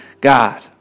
God